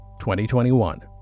2021